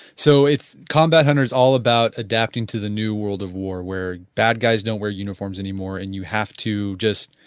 so, combat hunter is all about adapting to the new world of war where bad guys don't wear uniforms anymore and you have to just